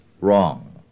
wrong